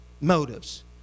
motives